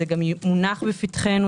זה גם מונח בפתחנו.